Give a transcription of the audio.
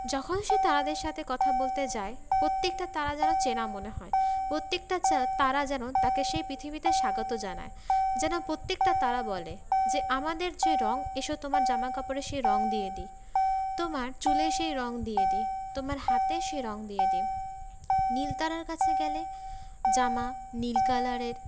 যখন সে তারাদের সাথে কথা বলতে যায় প্রত্যেকটা তারা যেন চেনা মনে হয় প্রত্যেকটা তারা যেন তাকে সেই পৃথিবীতে স্বাগত জানায় যেন প্রত্যেকটা তারা বলে যে আমাদের যে রঙ এসো তোমার জামাকাপড়ে সে রঙ দিয়ে দিই তোমার চুলে সেই রঙ দিয়ে দিই তোমার হাতে সে রঙ দিয়ে দিই নীল তারার কাছে গেলে জামা নীল কালারের